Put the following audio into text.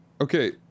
okay